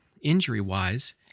injury-wise